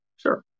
Sure